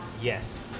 Yes